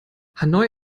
hanoi